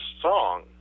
song